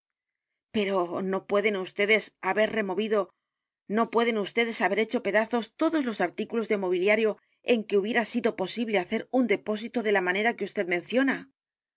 pero no pueden vds haber removido no pueden vds haber hecho pedazos todos los artículos de mobiliario en que hubiera sido posible hacer un depósito de la manera que vd menciona